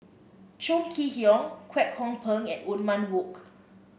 Chong Kee Hiong Kwek Hong Png and Othman Wok